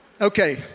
Okay